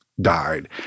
died